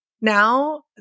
now